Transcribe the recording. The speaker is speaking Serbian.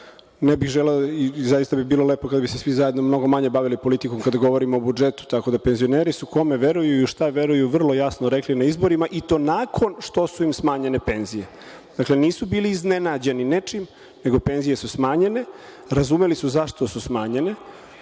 zbog toga i zaista bi bilo lepo kada bi se svi zajedno mnogo manje bavili politikom kada govorimo o budžetu. Penzioneri su, kome veruju i u šta veruju vrlo jasno rekli na izborima i to nakon što su im smanjene penzije. Dakle, nisu bili iznenađeni nečim nego penzije su smanjene. Razumeli su zašto su smanjene,